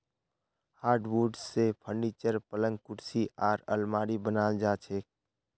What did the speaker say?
hardwood स furniture, पलंग कुर्सी आर आलमारी बनाल जा छेक